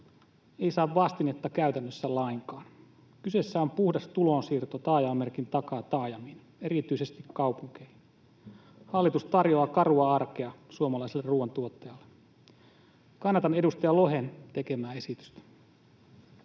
ei saa vastinetta käytännössä lainkaan. Kyseessä on puhdas tulonsiirto taajamamerkin takaa taajamiin, erityisesti kaupunkeihin. Hallitus tarjoaa karua arkea suomalaiselle ruoantuottajalle. Kannatan edustaja Lohen tekemää esitystä.